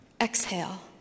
Exhale